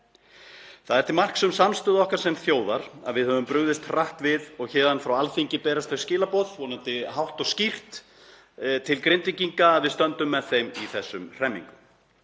Það er til marks um samstöðu okkar sem þjóðar að við höfum brugðist hratt við og héðan frá Alþingi berast þau skilaboð, vonandi hátt og skýrt, til Grindvíkinga að við stöndum með þeim í þessum hremmingum.